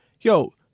Yo